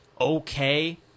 okay